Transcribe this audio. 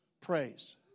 praise